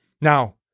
Now